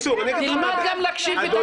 תלמד גם להקשיב.